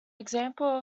example